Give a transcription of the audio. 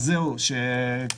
זו הייתה גם ההערה שלנו.